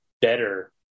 better